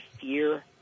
fear